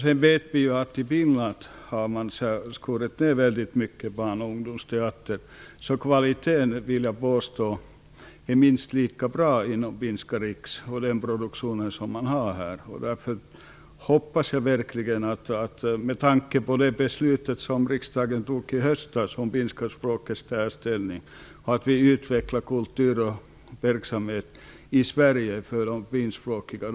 Vi vet att man i Finland har skurit ned barn och ungdomsteatern väldigt mycket. Kvaliteten vill jag påstå är minst lika bra inom Finska Riks och den produktion som man har här. Därför hoppas jag verkligen, med tanke på det beslut som riksdagen fattade i höstas om finska språkets särställning, att vi utvecklar kulturverksamhet i Sverige för de finskspråkiga.